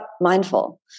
mindful